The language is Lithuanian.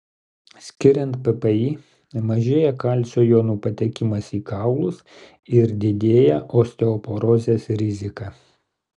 skiriant ppi mažėja kalcio jonų patekimas į kaulus ir didėja osteoporozės rizika